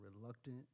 reluctant